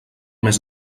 més